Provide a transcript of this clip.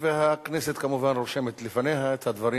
והכנסת כמובן רושמת לפניה את הדברים,